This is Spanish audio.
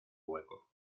hueco